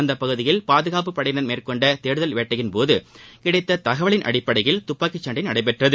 அந்தப்பகுதியில் பாதுகாப்பு படையினர் மேற்கொண்ட தேடுதல் வேட்டையின்போது கிடைத்த தகவலின் அடிப்படையில் துப்பாக்கி சண்டை நடைபெற்றது